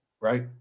right